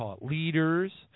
leaders –